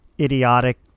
idiotic